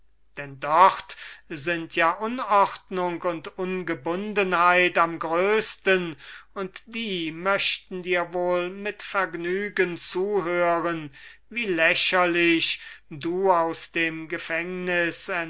denn dort sind ja unordnung und ungebundenheit am größten und die möchten dir wohl mit vergnügen zuhören wie lächerlich du aus dem gefängnis